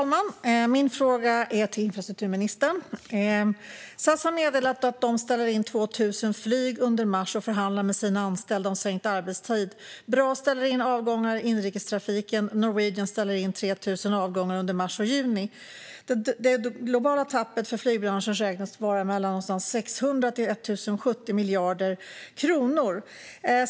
Fru talman! Min fråga är till infrastrukturministern. SAS har meddelat att de ställer in 2 000 flyg under mars och förhandlar med sina anställda om sänkt arbetstid. BRA ställer in avgångar i inrikestrafiken. Norwegian ställer in 3 000 avgångar mars till juni. Det globala tappet för flygbranschen beräknas vara någonstans mellan 600 miljarder och 1 070 miljarder kronor.